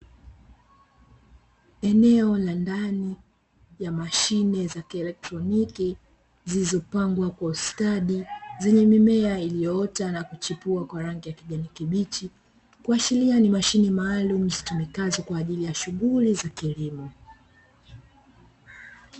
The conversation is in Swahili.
Eneo la ndani ya mashine za kielektroniki, zilizopangwa kwa ustadi, zenye mimea iliyoota na kuchipua kwa rangi ya kijani kibichi kuashiria ni mashine maalumu zitumikazo kwa ajili ya shughuli za kilimo.